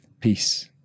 Peace